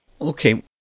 Okay